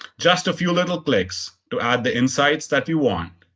just a few little clicks to add the insights that you want.